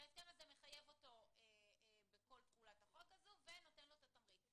שההסכם הזה מחייב אותו בכל פעולת החוק הזו ונותן לו את התמריץ.